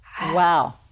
Wow